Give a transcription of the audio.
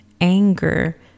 anger